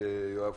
אם יוחלט שלא,